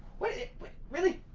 was it really